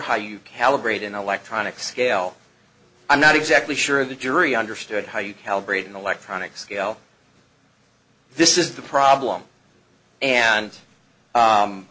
how you calibrate an electronic scale i'm not exactly sure the jury understood how you calibrate an electronic scale this is the problem and